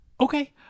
Okay